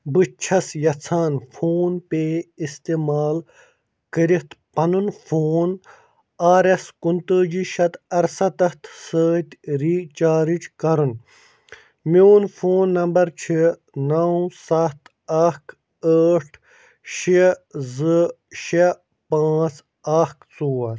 بہٕ چھَس یژھان فون پےٚ اِستعمال کٔرِتھ پنُن فون آر ایس کُنتٲجی شَتھ ارسَتَتھ سۭتۍ رِیچارج کَرُن میٛون فون نمبر چھُ نو سَتھ اکھ ٲٹھ شیٚے زٕ شیٚے پانٛژھ اکھ ژور